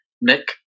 Nick